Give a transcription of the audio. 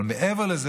אבל מעבר לזה,